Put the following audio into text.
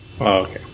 okay